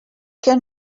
can